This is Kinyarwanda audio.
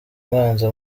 mwanze